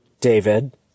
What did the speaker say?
David